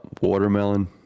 watermelon